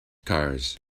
cars